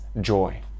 joy